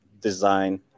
design